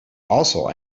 also